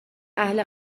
اهل